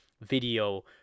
video